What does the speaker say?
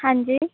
ਹਾਂਜੀ